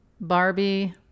Barbie